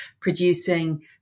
producing